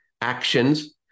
actions